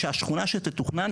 שהשכונה שתתוכנן,